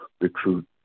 recruit